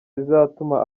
bizatuma